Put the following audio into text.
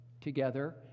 together